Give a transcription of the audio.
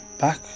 back